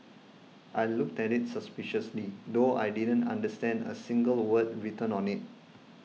I looked at it suspiciously though I didn't understand a single word written on it